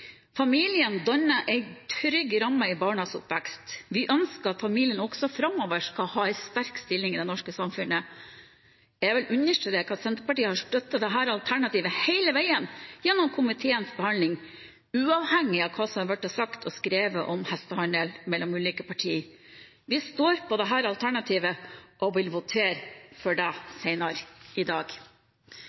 Familien danner en trygg ramme i barnas oppvekst. Vi ønsker at familien også framover skal ha en sterk stilling i det norske samfunnet. Jeg vil understreke at Senterpartiet har støttet dette alternativet hele veien gjennom komiteens behandling, uavhengig av hva som er sagt og skrevet om hestehandel mellom ulike partier. Vi står på dette alternativet, og vil votere for det senere i dag.